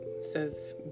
says